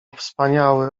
wspaniały